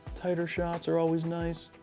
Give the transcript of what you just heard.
tighter shots are always nice.